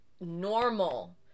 normal